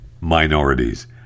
minorities